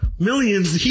Millions